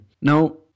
Now